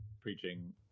preaching